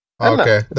okay